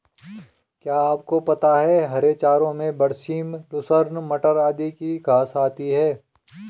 क्या आपको पता है हरे चारों में बरसीम, लूसर्न, मटर आदि की घांस आती है?